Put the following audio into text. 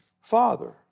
Father